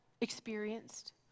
experienced